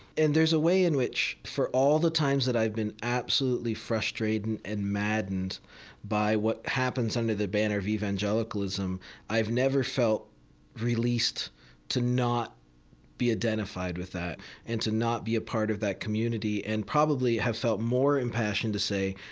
and there's the way in which, for all the times that i've been absolutely frustrated with and maddened by what happens under the banner of evangelicalism, i've never felt released to not be identified with that and to not be a part of that community, and probably have felt more impassioned to say,